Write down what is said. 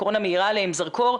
הקורונה מאירה עליהם זרקור,